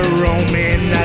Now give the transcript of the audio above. roaming